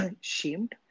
shamed